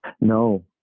No